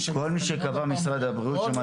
כל מי שקבע משרד הבריאות.